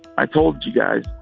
i told you guys,